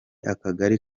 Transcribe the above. akagari